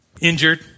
injured